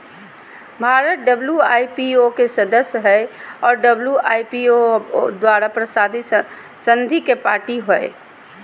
Bharat W I P O के सदस्य हइ और डब्ल्यू.आई.पी.ओ द्वारा प्रशासित संधि के पार्टी हइ